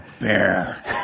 bear